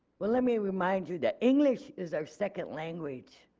well let me remind you that english is our second language.